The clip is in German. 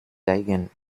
geigen